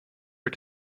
are